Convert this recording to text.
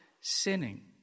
sinning